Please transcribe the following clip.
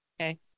Okay